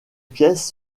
pièces